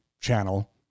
channel